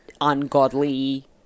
Ungodly